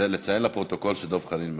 זה, לציין לפרוטוקול שדב חנין מוותר.